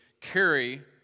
carry